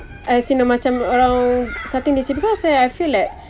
as you know macam around starting to see because here I feel it